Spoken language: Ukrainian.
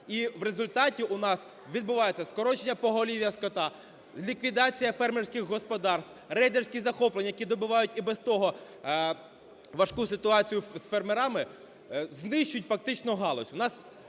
І в результаті у нас відбувається скорочення поголів'я скота, ліквідація фермерських господарств, рейдерські захоплення, які добивають і без того важку ситуацію з фермерами, знищують фактично галузь.